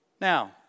Now